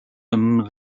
him